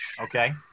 okay